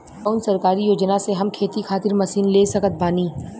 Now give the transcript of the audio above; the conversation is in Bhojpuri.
कौन सरकारी योजना से हम खेती खातिर मशीन ले सकत बानी?